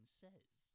says